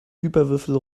hyperwürfel